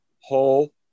whole